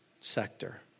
sector